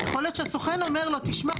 יכול להיות שהסוכן אומר לו תשמע,